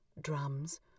drums